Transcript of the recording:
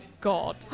god